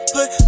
Put